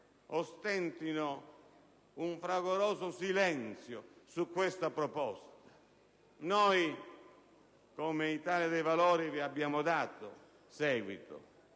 ostentino un fragoroso silenzio su questa proposta? Noi, come Italia dei Valori, vi abbiamo dato seguito